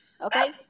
okay